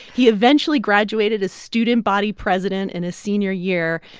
he eventually graduated as student body president in his senior year.